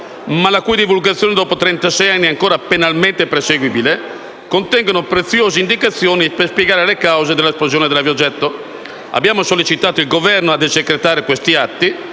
ma la cui divulgazione dopo trentasei anni è ancora penalmente perseguibile - contengono preziose indicazioni per spiegare le cause dell'esplosione dell'aviogetto. Abbiamo sollecitato il Governo a desecretare questi atti,